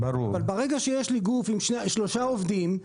אבל ברגע שיש לי גוף עם שלושה עובדים,